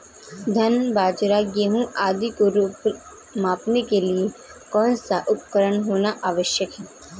धान बाजरा गेहूँ आदि को मापने के लिए कौन सा उपकरण होना आवश्यक है?